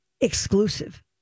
exclusive